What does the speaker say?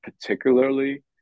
particularly